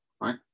right